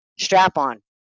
strap-on